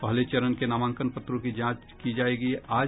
पहले चरण के नामांकन पत्रों की आज की जायेगी जांच